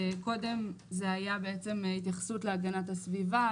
קודם זה היה התייחסות להגנת הסביבה,